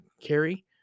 Carrie